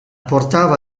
portava